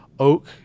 Oak